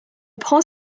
prend